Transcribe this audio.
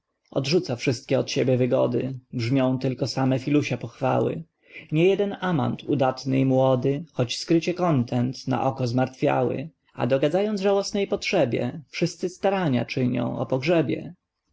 odrzuca wszystkie od siebie wygody brzmią tylko same filusia pochwały nie jeden amant udatny i młody choć skrycie kontent na oko zmartwiały a dogadzając żałośnej potrzebie wszyscy staranie czynią